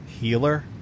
healer